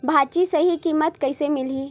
भाजी सही कीमत कइसे मिलही?